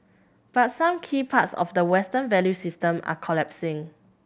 but some key parts of the Western value system are collapsing